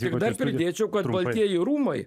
ir dar pridėčiau kad baltieji rūmai